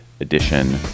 edition